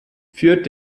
führt